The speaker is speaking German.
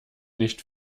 nicht